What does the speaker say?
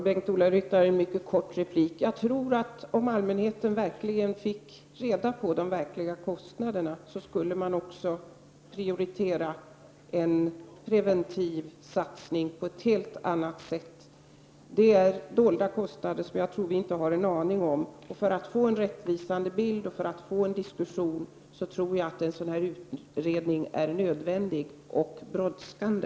Fru talman! En mycket kort replik till Bengt-Ola Ryttar. Om allmänheten fick reda på de verkliga kostnaderna, skulle man på ett helt annat sätt prioritera en preventiv satsning. Det finns dolda kostnader, som jag tror att vi inte har en aning om. För att få till stånd en rättvisande bild och en diskussion är en sådan utredning nödvändig och brådskande.